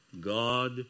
God